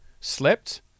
slept